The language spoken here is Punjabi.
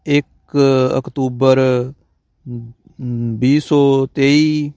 ਇੱਕ ਅਕਤੂਬਰ ਵੀਹ ਸੌ ਤੇਈ